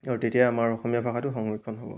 আৰু তেতিয়াই আমাৰ অসমীয়া ভাষাটো সংৰক্ষণ হ'ব